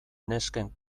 nesken